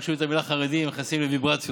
רק שומעים את המילה "חרדים" נכנסים לוויברציות.